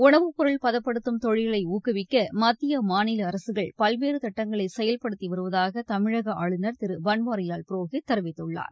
உணவுப்பொருள் பதப்படுத்தும் தொழிலை ஊக்குவிக்க மத்திய மாநில அரசுகள் பல்வேறு திட்டங்களை செயல்படுத்தி வருவதாக தமிழக ஆளுநர் திரு பள்வாரிவால் புரோஹித் தெரிவித்துள்ளார்